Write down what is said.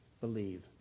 believe